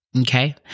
Okay